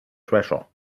treasure